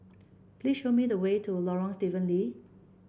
please show me the way to Lorong Stephen Lee